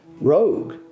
rogue